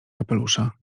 kapelusza